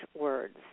Words